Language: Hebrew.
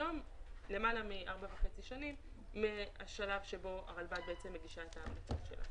למעלה מארבע וחצי שנים מהשלב בו הרלב"ד מגישה את ההמלצות שלה,